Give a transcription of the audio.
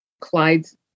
Clyde's